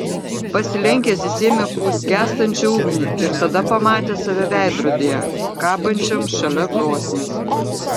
pasilenkęs jis ėmė pūst gęstančią ugnį ir tada pamatė save veidrodyje kabančiam šalia krosnies